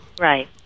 right